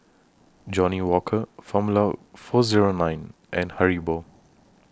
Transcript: Johnnie Walker Formula four Zero nine and Haribo